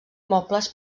mobles